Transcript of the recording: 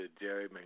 Jerry